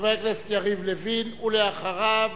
חבר הכנסת יריב לוין, ואחריו,